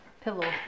pillow